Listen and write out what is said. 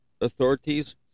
authorities